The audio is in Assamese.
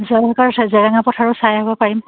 জয়সাগৰ আছে জেৰেঙা পথাৰো চাই আহিব পাৰিম